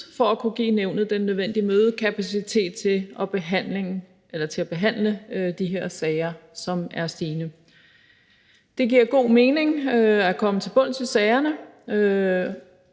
for at kunne give nævnet den nødvendige mødekapacitet til at behandle det her stigende antal sager. Det giver god mening at komme til bunds i sagerne,